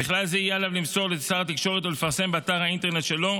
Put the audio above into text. ובכלל זה יהיה עליו למסור לשר התקשורת ולפרסם באתר האינטרנט שלו